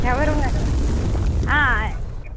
shawarma ஆ